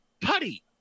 Putty